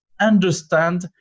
understand